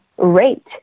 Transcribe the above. rate